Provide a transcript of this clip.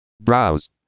Browse